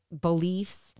beliefs